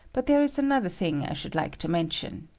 but there is another thing i should like to mention.